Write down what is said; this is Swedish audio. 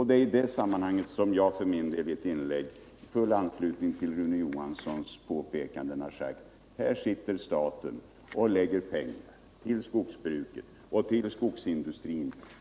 Det är i det sammanhanget som jag för min del i ett inlägg i full anslutning till Rune Johanssons påpekanden — sagt: Här sitter staten och lägger ut pengar på skogsbruket och skogsindustrin.